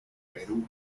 perú